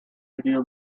video